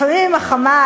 לפעמים עם ה"חמאס",